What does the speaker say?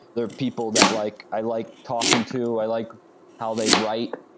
there people that like i like talking to, i like how they write.